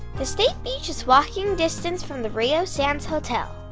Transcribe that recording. the state beach is walking distance from the rio sands hotel.